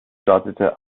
startete